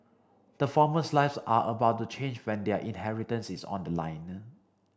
the former's lives are about to change when their inheritance is on the line